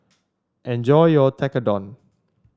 enjoy your Tekkadon